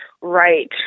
right